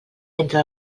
entre